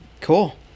cool